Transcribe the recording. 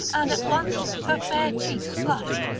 and at once her fair cheeks flushed,